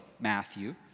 Matthew